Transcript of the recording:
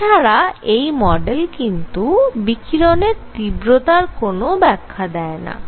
এছাড়া এই মডেল কিন্তু বিকিরণের তীব্রতার কোন ব্যাখ্যা দেয়না